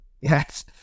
yes